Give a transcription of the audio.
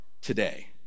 today